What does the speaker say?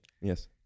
Yes